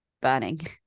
burning